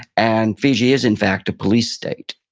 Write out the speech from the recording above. and fiji is, in fact, a police state.